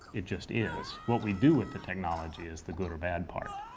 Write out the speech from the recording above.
it just is. what we do with the technology is the good or bad part.